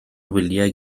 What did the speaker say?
wyliau